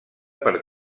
per